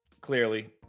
clearly